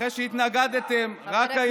אחרי שהתנגדתם רק היום